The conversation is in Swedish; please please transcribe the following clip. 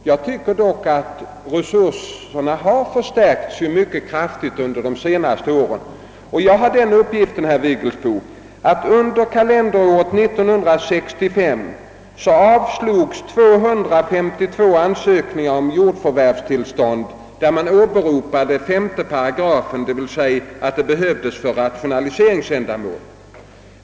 Jag tycker dock att resurserna har förstärkts mycket kraftigt under de senaste åren. Jag har fått den uppgiften, herr Vigelsbo, att man under kalenderåret 1965 avslog 252 ansökningar om jordförvärvstillstånd, varvid 5 8 åberopades, d. v. s. man hänvisade till att egendomarna behövdes för rationaliseringsändamål.